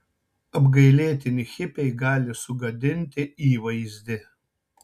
apgailėtini hipiai gali sugadinti įvaizdį